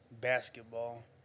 basketball